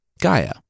Gaia